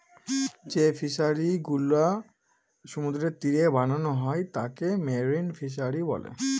যে ফিশারিগুলা সমুদ্রের তীরে বানানো হয় তাকে মেরিন ফিশারী বলে